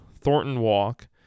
Thornton-Walk